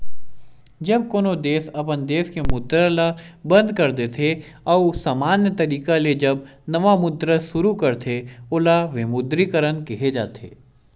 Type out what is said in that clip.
जब कोनो देस अपन देस के मुद्रा ल बंद कर देथे अउ समान्य तरिका ले जब नवा मुद्रा सुरू करथे ओला विमुद्रीकरन केहे जाथे